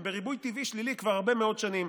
הם בריבוי טבעי שלילי כבר הרבה מאוד שנים.